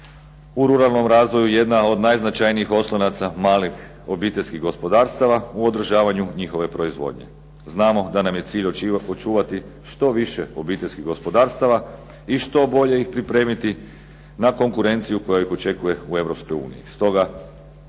u ruralnom razvoju jedna od najznačajnijih oslonaca malih obiteljskih gospodarstava u održavanju njihove proizvodnje. Znamo da nam je cilj očuvati što više obiteljskih gospodarstava i što bolje ih pripremiti na konkurenciju koja ih očekuje u EU.